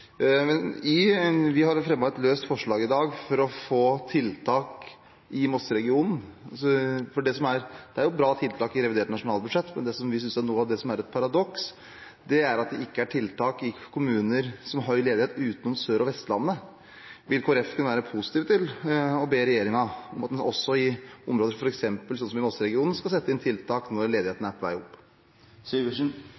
men det vi synes er et paradoks, er at det ikke er tiltak i kommuner med høy ledighet utenom Sør- og Vestlandet. Kunne Kristelig Folkeparti være positiv til å be regjeringen om at en også i områder som f.eks. Mosseregionen setter inn tiltak når